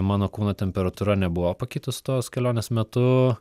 mano kūno temperatūra nebuvo pakitus tos kelionės metu